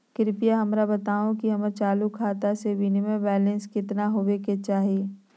कृपया हमरा बताहो कि हमर चालू खाता मे मिनिमम बैलेंस केतना होबे के चाही